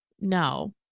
No